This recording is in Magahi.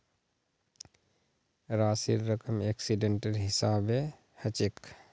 राशिर रकम एक्सीडेंटेर हिसाबे हछेक